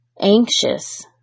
anxious